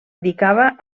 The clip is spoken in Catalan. dedicava